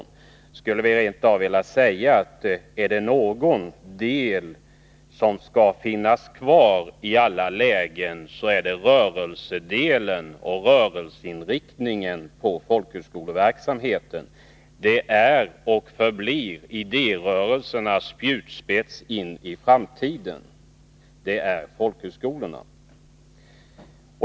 Jag skulle rent av vilja säga: Om det är något som i detta sammanhang under alla förhållanden skall finnas kvar, så är det rörelseinriktningen på folkhögskoleverksamheten. Folkhögskolorna är och måste förbli idérörelsernas spjutspets in i framtiden.